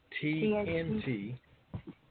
T-N-T